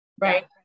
right